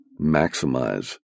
maximize